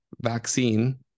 vaccine